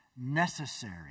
necessary